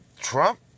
Trump